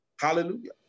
Hallelujah